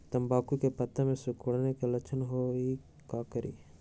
तम्बाकू के पत्ता में सिकुड़न के लक्षण हई का करी?